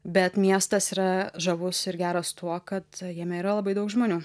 bet miestas yra žavus ir geras tuo kad jame yra labai daug žmonių